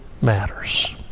matters